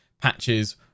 patches